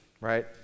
Right